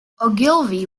ogilvy